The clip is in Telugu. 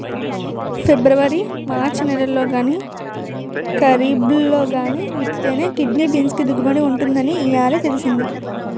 పిబ్రవరి మార్చి నెలల్లో గానీ, కరీబ్లో గానీ విత్తితేనే కిడ్నీ బీన్స్ కి దిగుబడి ఉంటుందని ఇయ్యాలే తెలిసింది